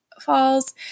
Falls